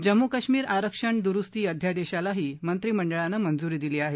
जम्मू कश्मीर आरक्षण दुरुस्ती अध्यादेशालाही मंत्रिमंडळानं मंजुरी दिली आहे